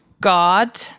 God